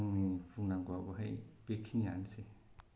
आं बुंनांगौआ बहाय बेखिनियानोसै